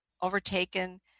overtaken